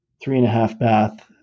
three-and-a-half-bath